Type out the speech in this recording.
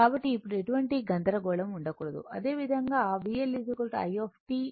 కాబట్టి ఇప్పుడు ఎటువంటి గందరగోళం ఉండకూడదు అదేవిధంగా VL i సరైనది